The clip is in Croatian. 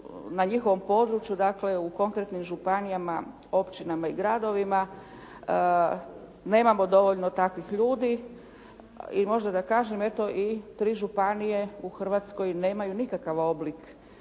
na njihovom području, dakle u konkretnim županijama, općinama i gradovima. Nemamo dovoljno takvih ljudi i tri županije u Hrvatskoj nemaju nikakav oblik,